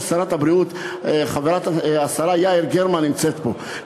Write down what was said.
שרת הבריאות יעל גרמן נמצאת פה,